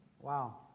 Wow